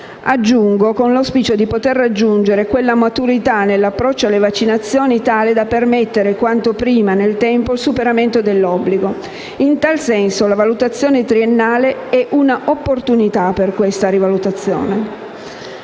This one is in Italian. aggiungo - di poter raggiungere quella maturità nell'approccio alle vaccinazioni tale da permettere, quanto prima nel tempo, il superamento dell'obbligo. In tal senso, la valutazione triennale è un'opportunità per questa rivalutazione.